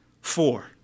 four